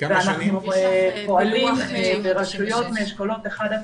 אנחנו פועלים ברשויות מאשכולות אחד עד